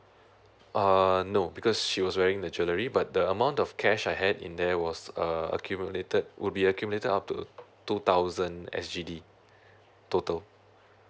uh no because she was wearing the jewelry but the amount of cash I had in there was a accumulated would be accumulated up to two thousand S_G_D total